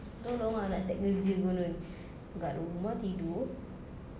tolong ah nak step kerja konon dekat rumah tidur